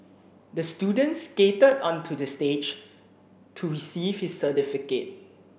the student skated onto the stage to receive his certificate